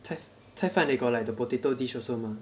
菜饭菜饭 they got like the potato dish also mah